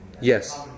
Yes